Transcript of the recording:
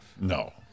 no